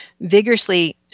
vigorously